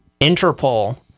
Interpol